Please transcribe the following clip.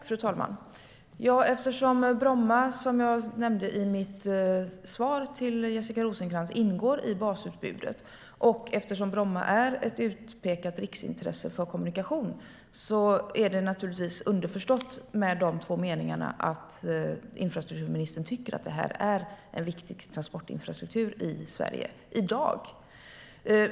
Fru talman! Eftersom Bromma, som jag nämnde i mitt svar till Jessica Rosencrantz, ingår i basutbudet och eftersom Bromma är ett utpekat riksintresse för kommunikation är det underförstått i de två meningarna att infrastrukturministern tycker att den är en viktig transportinfrastruktur i Sverige - i dag.